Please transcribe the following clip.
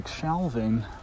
shelving